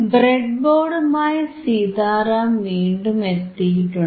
ബ്രെഡ്ബോർഡുമായി സീതാറാം വീണ്ടും എത്തിയിട്ടുണ്ട്